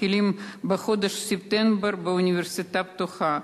מתחילים בחודש ספטמבר באוניברסיטה הפתוחה.